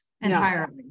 entirely